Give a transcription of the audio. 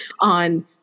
on